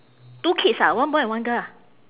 two kids ah one boy and one girl ah